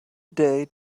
day